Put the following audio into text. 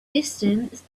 distance